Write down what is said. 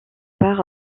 part